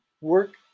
work